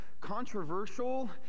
Controversial